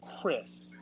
Chris